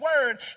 word